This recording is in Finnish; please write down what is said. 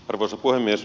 arvoisa puhemies